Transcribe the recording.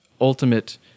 ultimate